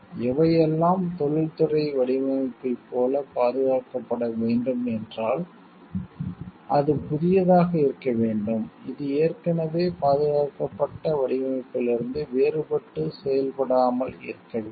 எவையெல்லாம் தொழில்துறை வடிவமைப்பைப் போல பாதுகாக்கப்பட வேண்டும் என்றால் அது புதியதாக இருக்க வேண்டும் இது ஏற்கனவே பாதுகாக்கப்பட்ட வடிவமைப்பிலிருந்து வேறுபட்டு செயல்படாமல் இருக்க வேண்டும்